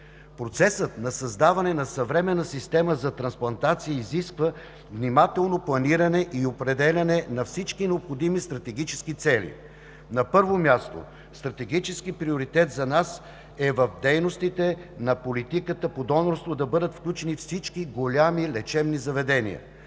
Процесът на създаване на съвременна система за трансплантации изисква внимателно планиране и определяне на всички необходими стратегически цели. На първо място, стратегически приоритет за нас е в дейностите на политиката по донорство да бъдат включени всички големи лечебни заведения.